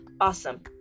awesome